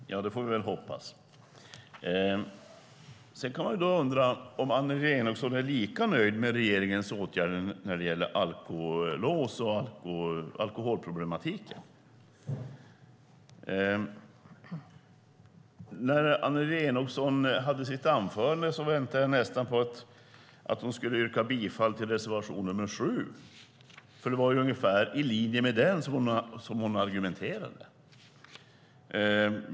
Fru talman! Ja, det får vi väl hoppas. Man kan också undra om Annelie Enochson är lika nöjd med regeringens åtgärder när det gäller alkolås och alkoholproblematiken. När Annelie Enochson höll sitt anförande väntade jag nästan på att hon skulle yrka bifall till reservation 7, för det var ungefär i linje med den som hon argumenterade.